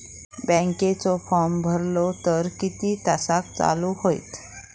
बँकेचो फार्म भरलो तर किती तासाक चालू होईत?